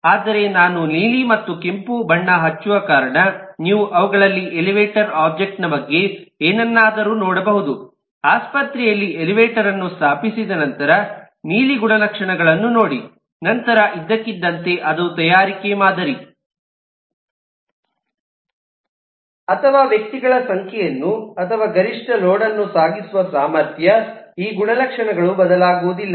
ಆದರೆ ನಾನು ನೀಲಿ ಮತ್ತು ಕೆಂಪು ಬಣ್ಣ ಹಚ್ಚುವ ಕಾರಣ ನೀವು ಅವುಗಳಲ್ಲಿ ಎಲಿವೇಟರ್ ಒಬ್ಜೆಕ್ಟ್ ನ ಬಗ್ಗೆ ಏನನ್ನಾದರೂ ನೋಡಬಹುದು ಆಸ್ಪತ್ರೆಯಲ್ಲಿ ಎಲಿವೇಟರ್ ಅನ್ನು ಸ್ಥಾಪಿಸಿದ ನಂತರ ನೀಲಿ ಗುಣಲಕ್ಷಣಗಳನ್ನು ನೋಡಿ ನಂತರ ಇದ್ದಕ್ಕಿದ್ದಂತೆ ಅದರ ತಯಾರಿಕೆ ಮಾದರಿ ಅಥವಾ ವ್ಯಕ್ತಿಗಳ ಸಂಖ್ಯೆಯನ್ನು ಅಥವಾ ಗರಿಷ್ಠ ಲೋಡ್ ಅನ್ನು ಸಾಗಿಸುವ ಸಾಮರ್ಥ್ಯ ಈ ಗುಣಲಕ್ಷಣಗಳು ಬದಲಾಗುವುದಿಲ್ಲ